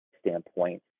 standpoint